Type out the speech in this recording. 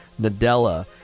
Nadella